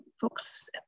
folks